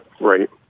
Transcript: Right